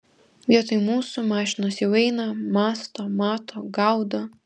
vietoj mūsų mašinos jau eina mąsto mato gaudo